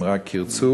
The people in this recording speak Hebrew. אם רק ירצו,